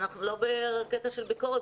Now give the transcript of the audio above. אנחנו לא בקטע של ביקורת.